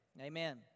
Amen